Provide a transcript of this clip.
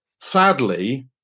Sadly